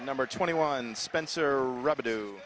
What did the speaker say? number twenty one spencer revenue